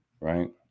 right